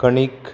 कणीक